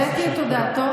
הבאתי את מכתבו.